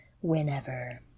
whenever